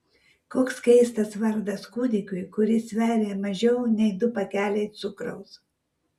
koks keistas vardas kūdikiui kuris sveria mažiau nei du pakeliai cukraus